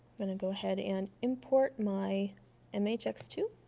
we're going to go ahead and import my m h x two.